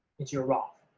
into your roth.